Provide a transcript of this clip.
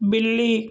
بلی